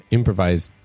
improvised